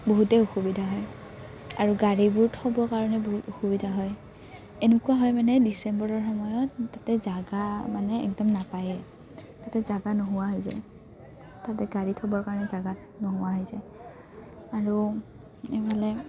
বহুতে অসুবিধা হয় আৰু গাড়ীবোৰ থ'বৰ কাৰণে বহুত অসুবিধা হয় এনেকুৱা হয় মানে ডিচেম্বৰৰ সময়ত তাতে জাগা মানে একদম নাপায়ে তাতে জাগা নোহোৱা হৈ যায় তাতে গাড়ী থ'বৰ কাৰণে জাগা নোহোৱা হৈ যায় আৰু এইফালে